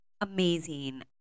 amazing